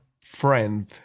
friend